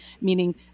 meaning